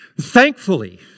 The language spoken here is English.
Thankfully